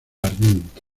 ardiente